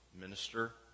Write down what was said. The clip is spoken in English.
minister